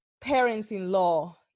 parents-in-law